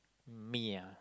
me ah